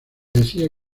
decía